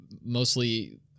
mostly